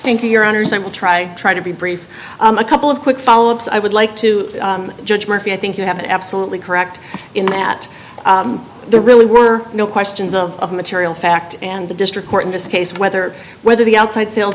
thank you your honor so i will try try to be brief a couple of quick follow ups i would like to judge murphy i think you have been absolutely correct in that there really were no questions of material fact and the district court in this case whether whether the outside sales